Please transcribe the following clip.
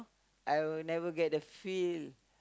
I will never get the feel